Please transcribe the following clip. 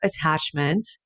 Attachment